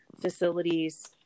facilities